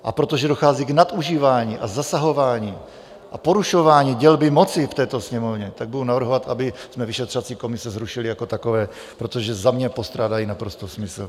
A protože dochází k nadužívání a zasahování a porušování dělby moci v této Sněmovně, tak budu navrhovat, abychom vyšetřovací komise zrušili jako takové, protože za mě postrádají naprosto smysl.